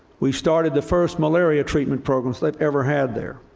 we've started the first malaria treatment programs they've ever had there.